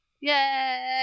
Yay